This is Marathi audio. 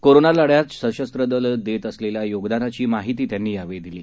कोरोना लढ्यात सशस्त्र दलं देत असलेल्या योगदानाची माहिती त्यांनी यावेळी दिली